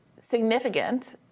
Significant